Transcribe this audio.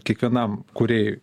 kiekvienam kūrėjui